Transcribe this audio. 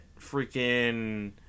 freaking